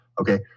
Okay